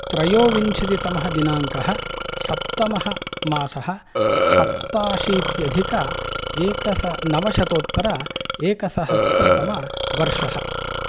त्रयोविंशतितमः दिनाङ्कः सप्तमः मासः सप्ताशीत्यधिक एकस नवशतोत्तर एकसहस्रतमवर्षः